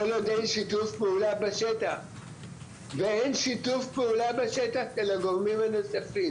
כל עוד אין שיתוף פעולה בשטח ואין שיתוף פעולה בשטח של הגורמים הנוספים.